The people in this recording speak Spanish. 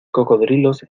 cocodrilos